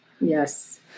Yes